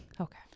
Okay